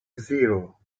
zero